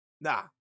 nah